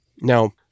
now